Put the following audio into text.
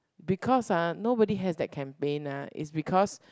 because ah nobody has that campaign ah is because